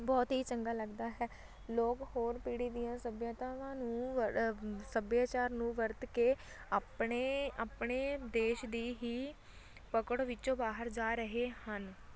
ਬਹੁਤ ਹੀ ਚੰਗਾ ਲੱਗਦਾ ਹੈ ਲੋਕ ਹੋਰ ਪੀੜ੍ਹੀ ਦੀਆਂ ਸੱਭਿਅਤਾਵਾਂ ਨੂੰ ਵਰ ਸੱਭਿਆਚਾਰ ਨੂੰ ਵਰਤ ਕੇ ਆਪਣੇ ਆਪਣੇ ਦੇਸ਼ ਦੀ ਹੀ ਪਕੜ ਵਿੱਚੋਂ ਬਾਹਰ ਜਾ ਰਹੇ ਹਨ